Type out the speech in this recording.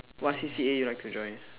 what C_C_A you like to join